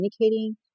communicating